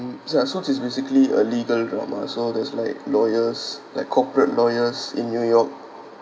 mm s~ ya so it's basically a legal drama so there's like lawyers like corporate lawyers in new york